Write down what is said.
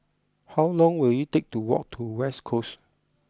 how long will it take to walk to West Coast